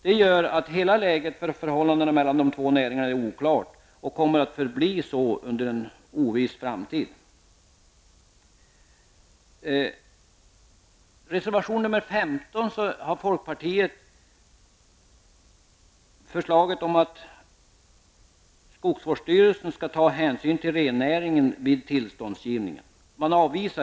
Det gör att hela läget för förhållandena mellan de två näringarna är oklart och kommer att så förbli under en oviss framtid. I reservation 15 avvisar folkpartiet förslaget om att skogsvårdsstyrelsen skall ta hänsyn till rennäringen vid tillståndsgivningen.